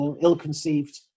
ill-conceived